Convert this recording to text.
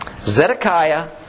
Zedekiah